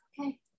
Okay